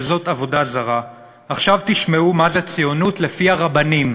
שזאת עבודה זרה" עכשיו תשמעו מה זה ציונות לפי הרבנים